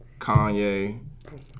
Kanye